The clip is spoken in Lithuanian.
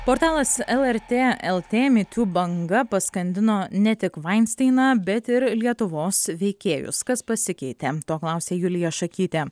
portalas lrt lt me too banga paskandino ne tik vainsteiną bet ir lietuvos veikėjus kas pasikeitė to klausė julija šakytė